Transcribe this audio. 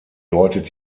deutet